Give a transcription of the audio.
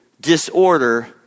disorder